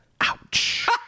ouch